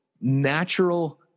natural